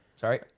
sorry